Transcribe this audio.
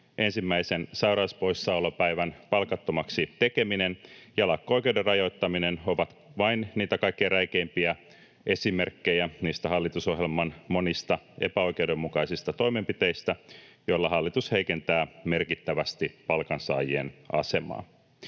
ensimmäisen sairauspoissaolopäivän palkattomaksi tekeminen ja lakko-oikeuden rajoittaminen ovat vain kaikkein räikeimpiä esimerkkejä niistä hallitusohjelman monista epäoikeudenmukaisista toimenpiteistä, joilla hallitus heikentää merkittävästi palkansaajien asemaa.